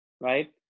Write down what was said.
right